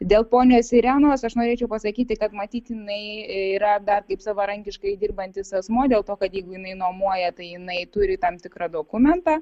dėl ponios irenos aš norėčiau pasakyti kad matyt jinai yra dar kaip savarankiškai dirbantis asmuo dėl to kad jeigu jinai nuomoja tai jinai turi tam tikrą dokumentą